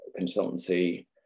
consultancy